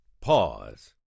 pause